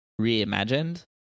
Reimagined